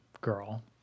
girl